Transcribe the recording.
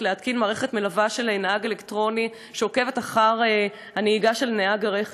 להתקין מערכת מלווה של נהג אלקטרוני שעוקבת אחר הנהיגה של נהג הרכב.